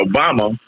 Obama